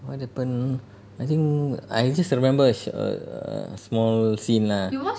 what happen I think I just remember a sh~ a err small scene lah